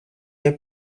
est